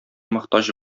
мохтаҗ